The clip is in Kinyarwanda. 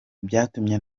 byatumye